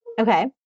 Okay